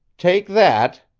take that,